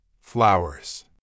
Flowers